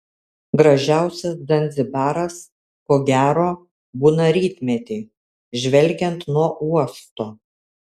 gražiausias zanzibaras ko gero būna rytmetį žvelgiant nuo uosto